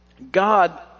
God